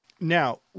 Now